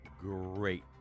great